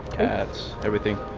cats, everything.